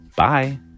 Bye